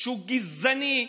שהוא גזעני,